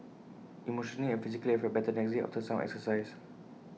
emotionally and physically I felt better the next day after some exercise